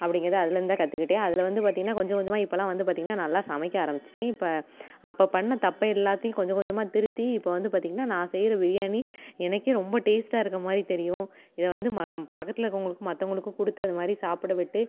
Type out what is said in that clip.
அப்படிங்கிறத அதிலேந்து தான் கற்றுக்கிட்டேன் அதில் வந்து பார்த்தீங்கன்னா கொஞ்சம் கொஞ்சமாக இப்பெல்லாம் வந்து பார்த்தீங்கன்னா நல்லா சமைக்க ஆரம்பிச்சுட்டேன் இப்போ அப்போ பண்ண தப்பை எல்லாத்தையும் கொஞ்சம் கொஞ்சமாக திருத்தி இப்போ வந்து பார்த்தீங்கன்னா நான் செய்கிற பிரியாணி எனக்கே ரொம்ப டேஸ்ட்டாக இருக்கிற மாதிரி தெரியும் இதை வந்து ம பக்கத்தில் இருக்கிறவங்களுக்கும் மற்றவங்களுக்கு கொடுத்து அந்தமாதிரி சாப்பிடவிட்டு